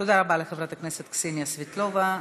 תודה רבה לחברת הכנסת קסניה סבטלובה.